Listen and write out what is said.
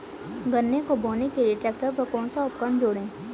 गन्ने को बोने के लिये ट्रैक्टर पर कौन सा उपकरण जोड़ें?